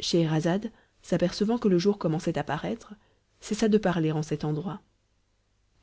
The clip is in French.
scheherazade s'apercevant que le jour commençait à paraître cessa de parler en cet endroit